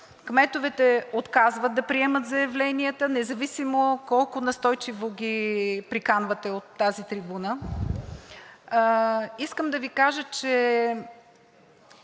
Кметовете отказват да приемат заявленията независимо колко настойчиво ги приканвате от тази трибуна. Искам да Ви кажа, че